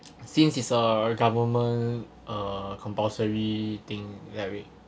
since it's a government uh compulsory thing every